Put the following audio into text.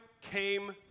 came